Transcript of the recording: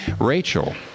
Rachel